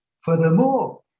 furthermore